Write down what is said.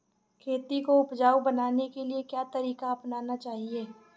खेती को उपजाऊ बनाने के लिए क्या तरीका अपनाना चाहिए?